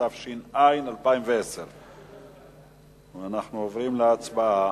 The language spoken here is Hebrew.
התש"ע 2010. אנחנו עוברים להצבעה.